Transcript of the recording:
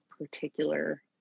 particular